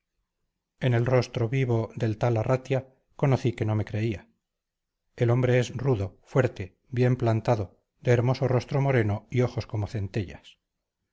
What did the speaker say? en el rostro vivo del tal arratia conocí que no me creía el hombre es rudo fuerte bien plantado de hermoso rostro moreno y ojos como centellas